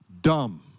Dumb